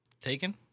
Taken